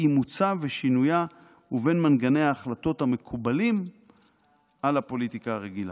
אימוצה ושינויה ובין מנגנוני ההחלטות המקובלים על הפוליטיקה הרגילה,